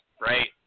right